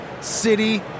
City